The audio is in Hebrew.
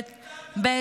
אחרי שביטלתם את הרשות,